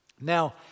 Now